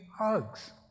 hugs